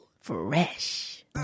Fresh